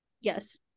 Yes